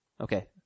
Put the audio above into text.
Okay